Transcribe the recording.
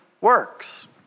works